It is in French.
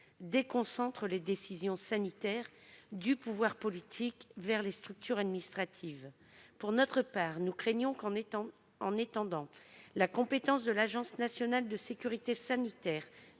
déconcentre les décisions sanitaires du pouvoir politique vers les structures administratives. Pour notre part, nous craignons que, en étendant la compétence de l'Agence nationale de sécurité sanitaire